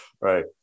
Right